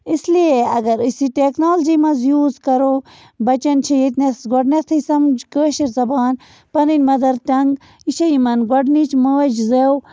اِس لیے اگر أسۍ یہِ ٹٮ۪کنالجی منٛز یوٗز کَرو بچن چھِ ییٚتہِ نَس گۄڈنٮ۪تھٕے سمٕج کٲشِر زبان پنٕنۍ مَدر ٹنٛگ یہِ چھےٚ یِمَن گۄڈنِچ ماجہِ زٮ۪و